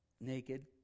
naked